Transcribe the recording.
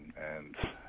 and.